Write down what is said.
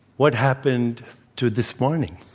what happened to this morning?